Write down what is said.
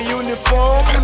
uniform